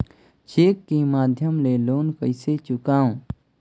Cheque के माध्यम ले लोन कइसे चुकांव?